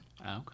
Okay